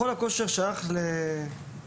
מכון הכושר שייך לבעלים.